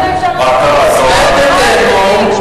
ישראל ביתנו, הנה, ישראל ביתנו, מה קרה?